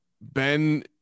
Ben